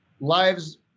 lives